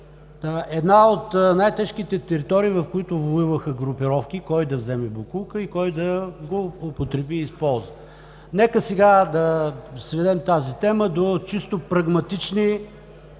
една от най-тежките територии, в които воюваха групировки, кой да вземе боклука и кой да го употреби и използва. Нека сега да сведем тази тема до чисто прагматични